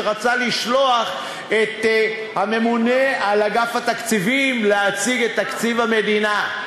שרצה לשלוח את הממונה על אגף התקציבים להציג את תקציב המדינה.